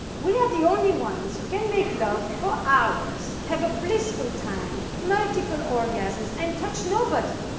we are the only ones who can make love for hours, have a blissful time, multiple orgasms, and touch nobody,